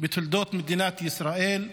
בתולדות מדינת ישראל,